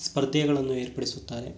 ಸ್ಪರ್ಧೆಗಳನ್ನು ಏರ್ಪಡಿಸುತ್ತಾರೆ